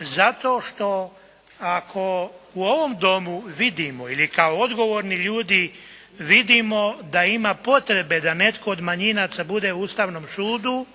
zato što ako u ovom Domu vidimo ili kao odgovorni ljudi vidimo da ima potrebe da netko od manjinaca bude u Ustavnom sudu